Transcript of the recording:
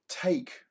take